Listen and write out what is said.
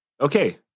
Okay